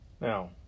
Now